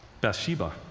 Bathsheba